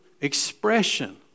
expression